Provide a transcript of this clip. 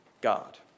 God